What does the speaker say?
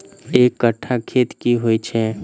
एक कट्ठा खेत की होइ छै?